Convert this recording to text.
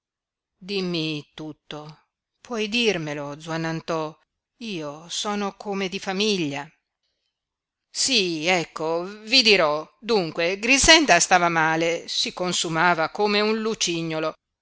dimmi tutto puoi dirmelo zuannantò io sono come di famiglia sí ecco vi dirò dunque grixenda stava male si consumava come un lucignolo